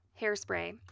Hairspray